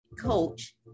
coach